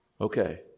Okay